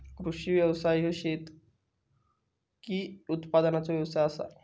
कृषी व्यवसाय ह्यो शेतकी उत्पादनाचो व्यवसाय आसा